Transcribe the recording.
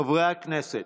חברי הכנסת,